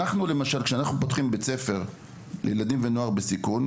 למשל כשאנחנו פותחים בית ספר לילדים ולנוער בסיכון,